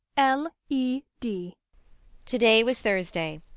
l. e. d to-day was thursday.